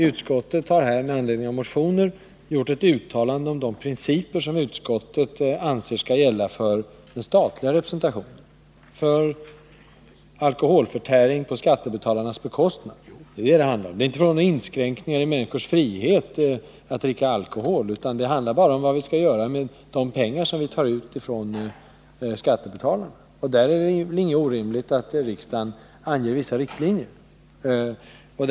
Utskottet har med anledning av motioner gjort ett uttalande om de principer som utskottet anser skall gälla för den statliga representationen, dvs. alkoholförtäring på skattebetalarnas bekostnad. Det är inte fråga om några inskränkningar i människors frihet att dricka alkohol, utan det handlar om vad vi skall göra med de pengar som vi tar från skattebetalarna. Det är inte orimligt att riksdagen anger vissa riktlinjer för det.